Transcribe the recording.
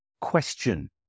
question